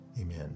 Amen